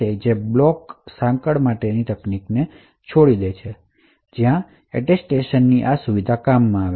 જે બ્લોક સાંકળ માટેની તકનીક છે જ્યાં એટેસ્ટેશનની આ સુવિધા કામમાં આવે છે